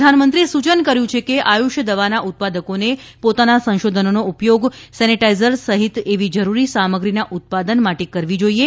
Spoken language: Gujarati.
પ્રધાનમંત્રીએ સૂચન કર્યું છે કે આયુષ દવાના ઉત્પાદકોને પોતાના સંશોધનોનો ઉપયોગ સેનેટાઇઝર સહિત એવી જરૂરી સામગ્રીના ઉત્પાદન માટે કરવી જોઇએ